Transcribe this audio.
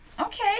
Okay